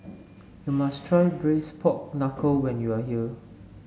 you must try Braised Pork Knuckle when you are here